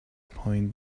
point